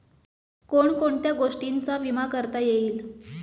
कोण कोणत्या गोष्टींचा विमा करता येईल?